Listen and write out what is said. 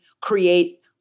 create